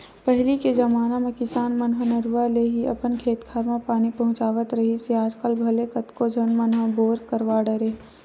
पहिली के जमाना म किसान मन ह नरूवा ले ही अपन खेत खार म पानी पहुँचावत रिहिस हे आजकल भले कतको झन मन ह बोर करवा डरे हे